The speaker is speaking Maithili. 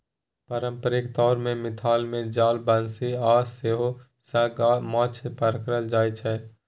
पारंपरिक तौर मे मिथिला मे जाल, बंशी आ सोहथ सँ माछ पकरल जाइ छै